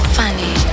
funny